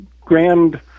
grand